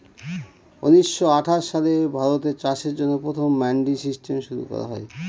উনিশশো আঠাশ সালে ভারতে চাষের জন্য প্রথম মান্ডি সিস্টেম শুরু করা হয়